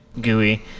Gooey